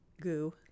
Goo